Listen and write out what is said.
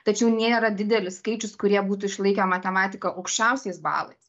tačiau nėra didelis skaičius kurie būtų išlaikę matematiką aukščiausiais balais